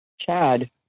Chad